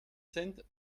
sind